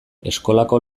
eskolako